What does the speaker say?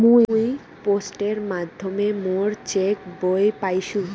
মুই পোস্টের মাধ্যমে মোর চেক বই পাইসু